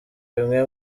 bimwe